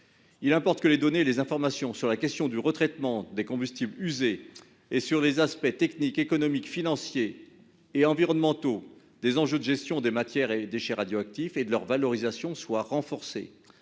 Il importe que les données et les informations sur le retraitement des combustibles usés et sur les aspects techniques, économiques, financiers et environnementaux de la gestion des matières et déchets radioactifs et de leur valorisation soient renforcées.